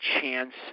chance